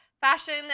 fashion